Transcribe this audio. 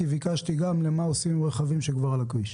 כי ביקשתי גם תשובה לגבי מה עושים עם רכבים שכבר על הכביש.